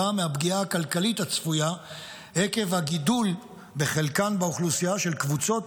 מהפגיעה הכלכלית הצפויה עקב הגידול בחלקן באוכלוסייה של קבוצות